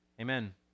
Amen